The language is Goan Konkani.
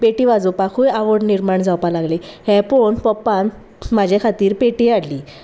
पेटी वाजोवपाकूय आवड निर्माण जावपाक लागली हें पळोवन पप्पान म्हजे खातीर पेटी हाडली